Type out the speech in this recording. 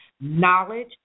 Knowledge